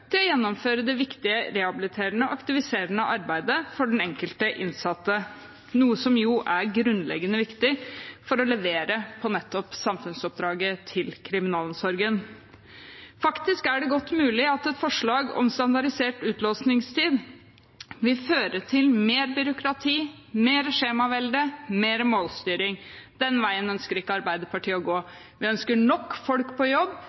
å gjennomføre det viktige rehabiliterende og aktiviserende arbeidet for den enkelte innsatte, noe som jo er grunnleggende viktig for å levere på nettopp samfunnsoppdraget til kriminalomsorgen. Faktisk er det godt mulig at et forslag om standardisert utlåsingstid vil føre til mer byråkrati, mer skjemavelde og mer målstyring. Den veien ønsker ikke Arbeiderpartiet å gå. Vi ønsker nok folk på jobb